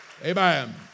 Amen